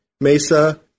MESA